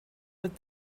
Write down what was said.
let